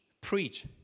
preach